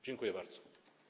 Dziękuję bardzo.